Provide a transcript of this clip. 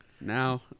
now